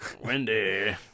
Wendy